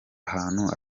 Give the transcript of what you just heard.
hantu